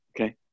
Okay